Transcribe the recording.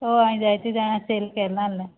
होय हांवे जायते जाणा सेल केल्लो आसलें